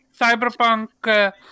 Cyberpunk